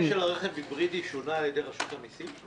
המיסוי של רכב היברידי שוּנה על ידי רשות המסים?